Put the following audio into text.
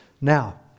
Now